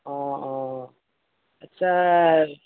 অঁ অঁ আচ্ছা